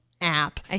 app